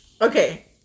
Okay